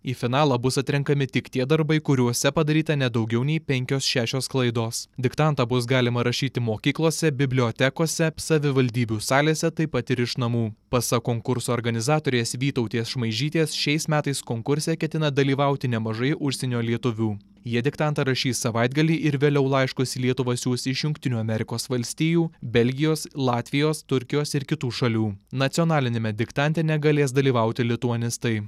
į finalą bus atrenkami tik tie darbai kuriuose padaryta ne daugiau nei penkios šešios klaidos diktantą bus galima rašyti mokyklose bibliotekose savivaldybių salėse taip pat ir iš namų pasak konkurso organizatorės vytautės šmaižytės šiais metais konkurse ketina dalyvauti nemažai užsienio lietuvių jie diktantą rašys savaitgalį ir vėliau laiškus į lietuvą siųs iš jungtinių amerikos valstijų belgijos latvijos turkijos ir kitų šalių nacionaliniame diktante negalės dalyvauti lituanistai